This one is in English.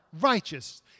righteous